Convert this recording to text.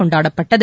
கொண்டாடப்பட்டது